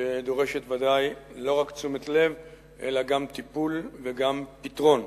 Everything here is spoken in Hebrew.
שדורשת בוודאי לא רק תשומת לב אלא גם טיפול וגם פתרון.